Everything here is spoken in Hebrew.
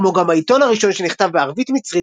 כמו גם העיתון הראשון שנכתב בערבית מצרית